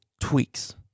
tweaks